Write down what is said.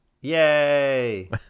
Yay